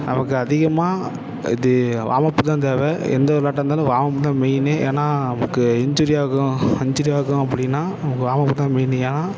நமக்கு அதிகமாக இது வார்ம்அப்பு தான் தேவை எந்த வெளாட்டாக இருந்தாலும் வார்ம்அப்பு தான் மெய்னு ஏன்னா நமக்கு இஞ்சுரி ஆகும் இஞ்சுரி ஆகும் அப்படின்னா நமக்கு வார்ம்அப்பு தான் மெய்னு ஏன்னா